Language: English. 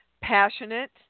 passionate